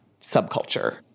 subculture